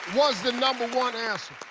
was the number one answer. oh,